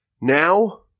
Now